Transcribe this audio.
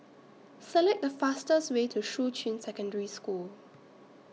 Select The fastest Way to Shuqun Secondary School